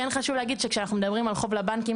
כן חשוב להגיד שכשאנחנו מדברים על חוב לבנקים,